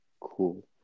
Cool